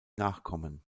nachkommen